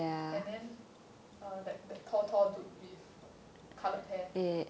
and then err that that tall tall dude with coloured hair